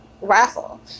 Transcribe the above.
raffle